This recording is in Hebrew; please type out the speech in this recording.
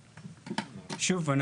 שוב,